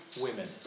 women